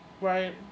right